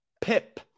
Pip